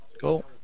Cool